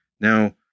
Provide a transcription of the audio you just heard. Now